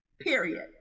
Period